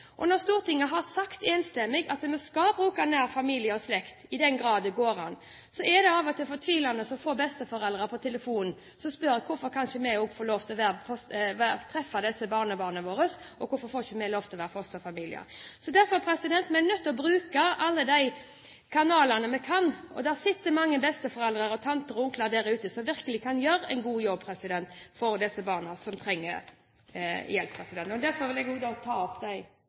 Når Stortinget har sagt enstemmig at vi skal bruke nær familie og slekt i den grad det går an, er det av og til fortvilende å få besteforeldre på telefonen som spør: Hvorfor kan ikke vi få treffe barnebarna våre? Hvorfor får ikke vi lov til å være fosterfamilie? Vi er nødt til å bruke alle de kanalene vi kan. Det sitter mange besteforeldre og tanter og onkler der ute som virkelig kan gjøre en god jobb for de barna som trenger hjelp. Til slutt vil jeg ta opp forslagene fra mindretallet. Representanten Solveig Horne har tatt opp de